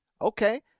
Okay